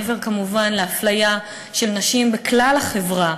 כמובן מעבר לאפליה של נשים בכלל החברה,